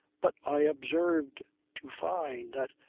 but i observed to fyne that,